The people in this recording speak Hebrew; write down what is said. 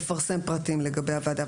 לפרסם פרטים לגבי הוועדה.